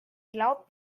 glaubt